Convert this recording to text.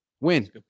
win